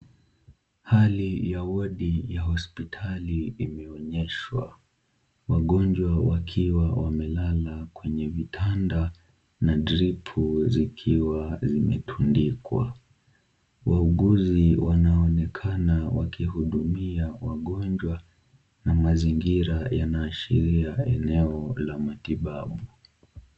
Hali ya wodi ya hospitali imeonyeshwa, wagonjwa wakiwa wamelala kwenye vitanda na dripu zikiwa zimetundikwa, wauguzi wanaonekana wakihudumia wagonjwa na mazingira yanaashiria eneo la matibabu.